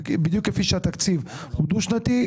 כפי שהתקציב הוא דו-שנתי,